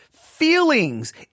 feelings